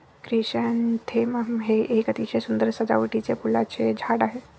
chrysanthemum हे एक अतिशय सुंदर सजावटीचे फुलांचे झाड आहे